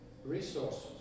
Resources